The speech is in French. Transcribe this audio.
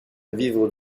vivre